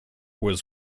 was